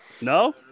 No